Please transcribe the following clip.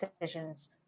decisions